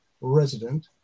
resident